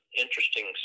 interesting